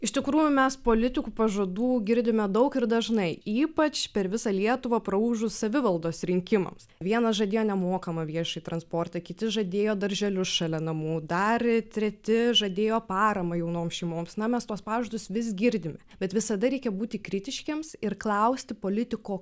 iš tikrųjų mes politikų pažadų girdime daug ir dažnai ypač per visą lietuvą praūžus savivaldos rinkimams vienas žadėjo nemokamą viešąjį transportą kiti žadėjo darželius šalia namų dar treti žadėjo paramą jaunoms šeimoms na mes tuos pažadus vis girdime bet visada reikia būti kritiškiems ir klausti politiko